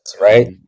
right